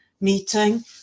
meeting